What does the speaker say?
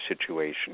situation